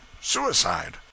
Suicide